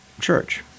church